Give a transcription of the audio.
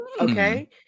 Okay